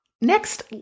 next